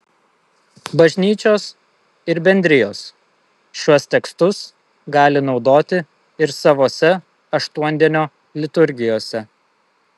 bažnyčios ir bendrijos šiuos tekstus gali naudoti ir savose aštuondienio liturgijose